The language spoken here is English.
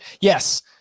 yes